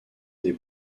des